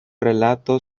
relato